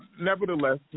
nevertheless